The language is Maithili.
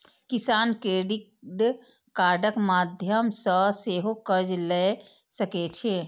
किसान क्रेडिट कार्डक माध्यम सं सेहो कर्ज लए सकै छै